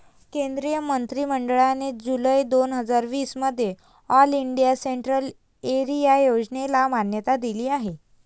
केंद्रीय मंत्रि मंडळाने जुलै दोन हजार वीस मध्ये ऑल इंडिया सेंट्रल एरिया योजनेला मान्यता दिली आहे